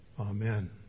Amen